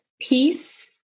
peace